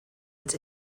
its